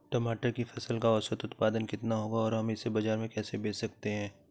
टमाटर की फसल का औसत उत्पादन कितना होगा और हम इसे बाजार में कैसे बेच सकते हैं?